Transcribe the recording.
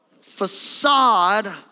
facade